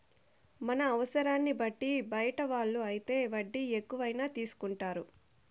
మన అవసరాన్ని బట్టి బయట వాళ్ళు అయితే వడ్డీ ఎక్కువైనా తీసుకుంటారు